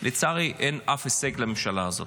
לצערי, אין אף הישג לממשלה הזאת.